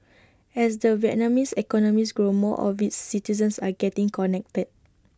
as the Vietnamese economies grows more of its citizens are getting connected